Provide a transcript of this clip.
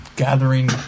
Gathering